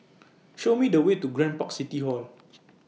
Show Me The Way to Grand Park City Hall